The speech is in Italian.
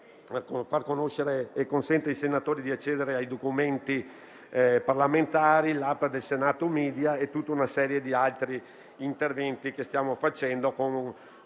"Tabulas", che consente ai senatori di accedere ai documenti parlamentari, l'*app* "Senato Media" e una serie di altri interventi che stiamo facendo,